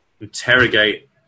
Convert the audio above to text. Interrogate